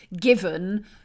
given